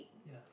ya